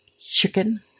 Chicken